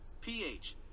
pH